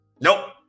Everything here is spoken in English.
Nope